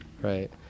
right